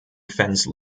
fence